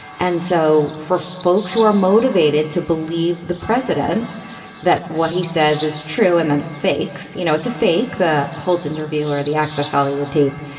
and so for folks who are motivated to believe the president that what he says is true and that it's fakes, you know, it's a fake that holds interview or the access hollywood tape,